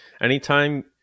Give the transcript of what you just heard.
anytime